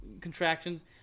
contractions